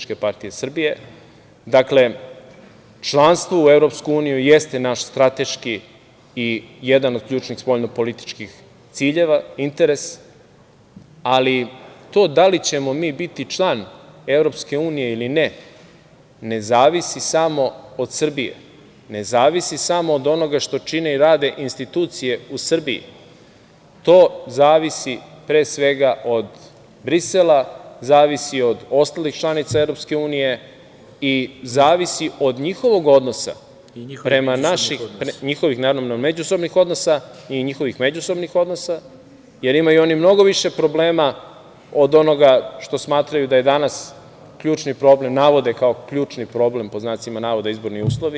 Članstvo u EU jeste naš strateški i jedan od ključnih spoljno-političkih ciljeva, interes, ali to da li ćemo mi biti član EU, ili ne, ne zavisi samo od Srbije, ne zavisi samo od onoga što čine i rade institucije u Srbiji, to zavisi, pre svega, od Brisela, zavisi od ostalih članica EU i zavisi od njihovog odnosa, njihovih međusobnih odnosa, jer imaju oni mnogo više problema od onoga što smatraju da je danas ključni problem, navode ključni problem, pod znacima navoda, izborni uslovi.